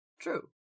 true